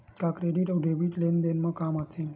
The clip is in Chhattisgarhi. का क्रेडिट अउ डेबिट लेन देन के काम आथे?